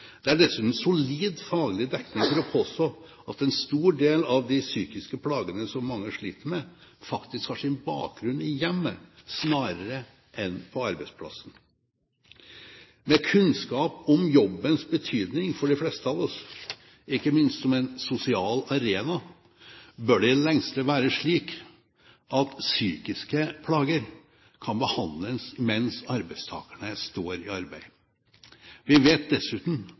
Det er dessuten solid faglig dekning for å påstå at en stor del av de psykiske plagene som mange sliter med, faktisk har sin bakgrunn i hjemmet, snarere enn på arbeidsplassen. Med kunnskap om jobbens betydning for de fleste av oss, ikke minst som en sosial arena, bør det i det lengste være slik at psykiske plager kan behandles mens arbeidstakerne står i arbeid. Vi vet dessuten